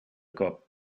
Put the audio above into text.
kop